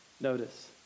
Notice